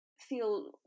feel